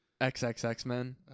X-X-X-Men